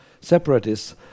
separatists